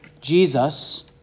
Jesus